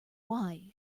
why